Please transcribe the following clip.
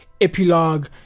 epilogue